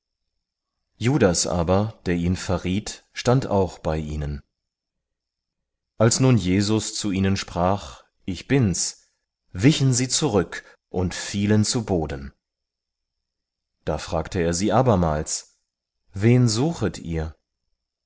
judas aber der ihn verriet stand auch bei ihnen als nun jesus zu ihnen sprach ich bin's wichen sie zurück und fielen zu boden da fragte er sie abermals wen suchet ihr